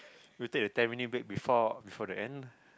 you take a ten minute break before before the end